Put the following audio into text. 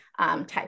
type